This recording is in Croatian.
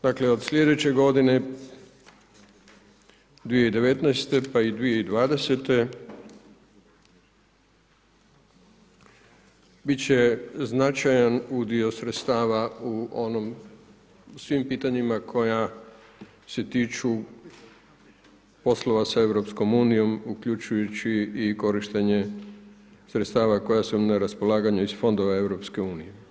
Dakle, od sljedeće g. 2019. pa i 2020. biti će značajan udio sredstava u onom, u svim pitanjima, koja se tiču poslova sa EU uključujući i korištenje sredstava koja su im na raspolaganju iz fonda EU.